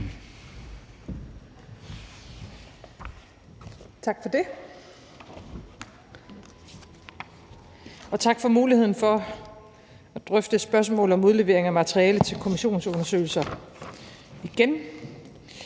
Tak for det, og tak for muligheden for at drøfte spørgsmålet om udlevering af materiale til kommissionsundersøgelser – igen.